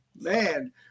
man